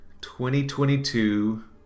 2022